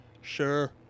Sure